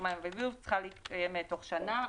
המים והביוב צריכה להסתיים תוך שנה.